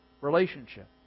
relationship